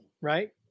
right